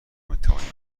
میتوانیم